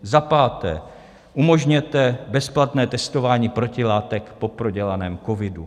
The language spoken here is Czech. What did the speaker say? Za páté, umožněte bezplatné testování protilátek po prodělaném covidu.